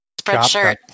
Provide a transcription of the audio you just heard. Spreadshirt